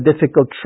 difficult